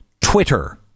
Twitter